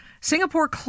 Singapore